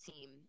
team